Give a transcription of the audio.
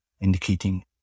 indicating